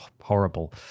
horrible